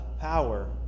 power